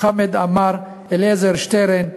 חמד עמאר ואלעזר שטרן,